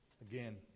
again